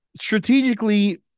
strategically